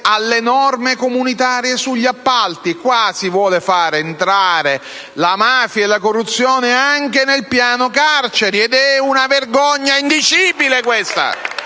alle norme comunitarie sugli appalti: si vuole fare entrare la mafia e la corruzione anche nel piano carceri. Questa è una vergogna indicibile!